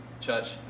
church